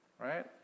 right